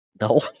no